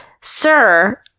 Sir